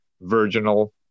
virginal